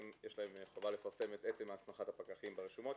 יש להם חובה לפרסם את עצם הסמכת הפקחים ברשומות,